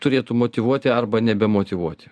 turėtų motyvuoti arba nebemotyvuoti